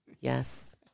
Yes